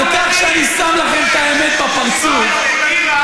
תדבר על הפולנים.